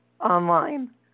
online